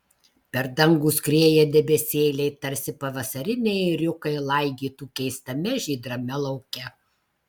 per dangų skrieja debesėliai tarsi pavasariniai ėriukai laigytų keistame žydrame lauke